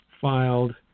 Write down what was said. filed